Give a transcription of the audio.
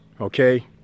okay